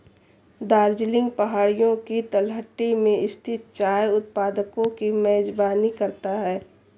दार्जिलिंग पहाड़ियों की तलहटी में स्थित चाय उत्पादकों की मेजबानी करता है